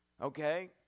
Okay